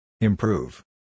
Improve